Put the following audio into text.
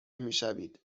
میشوید